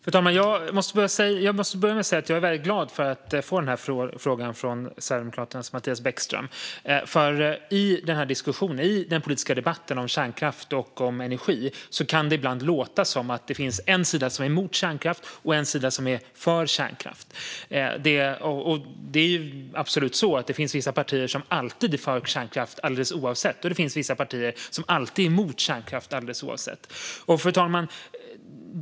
Fru talman! Jag måste börja med att säga att jag är väldigt glad att få den här frågan från Sverigedemokraternas Mattias Bäckström, för i den politiska debatten om kärnkraft och energi kan det ibland låta som att det finns en sida som är emot kärnkraft och en sida som är för kärnkraft. Det är absolut så att det finns vissa partier som alltid är för kärnkraft, alldeles oavsett, och vissa partier som alltid är emot kärnkraft, alldeles oavsett. Fru talman!